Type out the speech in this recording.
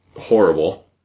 horrible